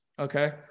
Okay